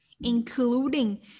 including